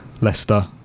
Leicester